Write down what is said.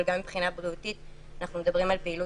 אבל גם מבחינה בריאותית אנחנו מדברים על פעילות